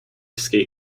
skate